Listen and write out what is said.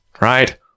right